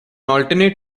alternate